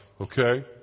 okay